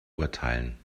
urteilen